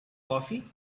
coffee